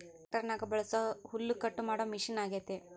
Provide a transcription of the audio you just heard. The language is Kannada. ಟ್ಯಾಕ್ಟರ್ನಗ ಬಳಸೊ ಹುಲ್ಲುಕಟ್ಟು ಮಾಡೊ ಮಷಿನ ಅಗ್ಯತೆ